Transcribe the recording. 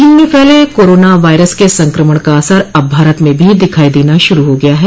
चीन में फैले कोरोना वायरस के संक्रमण का असर अब भारत में भी दिखाई देना शुरू हो गया है